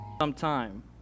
Sometime